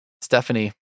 Stephanie